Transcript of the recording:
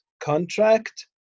contract